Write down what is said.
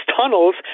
tunnels